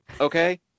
okay